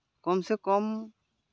ᱠᱚᱢ ᱥᱮ ᱠᱚᱢ